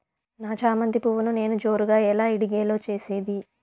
నా చామంతి పువ్వును నేను జోరుగా ఎలా ఇడిగే లో చేసేది?